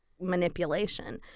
manipulation